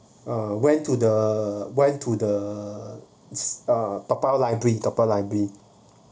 uh went to the went to the uh toa payoh library toa payoh library